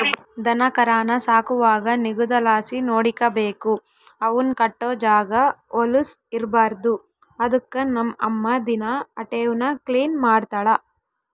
ದನಕರಾನ ಸಾಕುವಾಗ ನಿಗುದಲಾಸಿ ನೋಡಿಕಬೇಕು, ಅವುನ್ ಕಟ್ಟೋ ಜಾಗ ವಲುಸ್ ಇರ್ಬಾರ್ದು ಅದುಕ್ಕ ನಮ್ ಅಮ್ಮ ದಿನಾ ಅಟೇವ್ನ ಕ್ಲೀನ್ ಮಾಡ್ತಳ